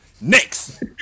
Next